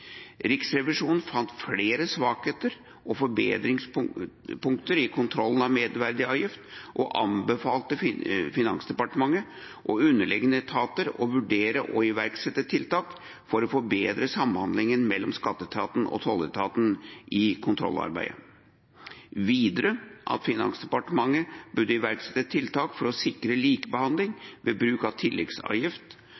Riksrevisjonen fant flere svakheter og forbedringspunkter i kontrollen av merverdiavgift og anbefalte Finansdepartementet og underliggende etater å vurdere å iverksette tiltak for å forbedre samhandlingen mellom skatteetaten og tolletaten i kontrollarbeidet. Videre anbefalte de at Finansdepartementet burde iverksette tiltak for å sikre